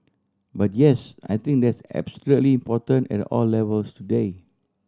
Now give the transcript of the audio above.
but yes I think that's absolutely important at all levels today